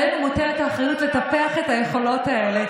עלינו מוטלת האחריות לטפח את היכולות האלה